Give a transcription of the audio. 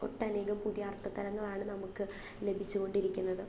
ഒട്ടനേകം പുതിയ അർത്ഥ തലങ്ങളാണ് നമുക്ക് ലഭിച്ചുകൊണ്ടിരിക്കുന്നത്